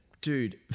dude